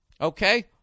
Okay